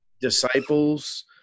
disciples